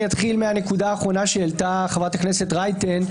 אני אתחיל מהנקודה האחרונה שהעלית חברת הכנסת רייטן.